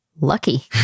Lucky